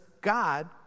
God